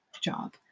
job